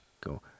go